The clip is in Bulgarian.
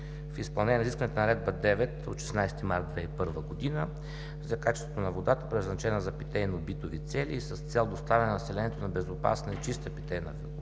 В изпълнение на изискванията на Наредба № 9 от 16 март 2001 г. за качеството на водата, предназначена за питейно-битови цели, и с цел доставяне на населението на безопасна и чиста питейна вода